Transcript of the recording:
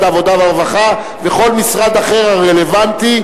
העבודה והרווחה וכל משרד אחר הרלוונטי,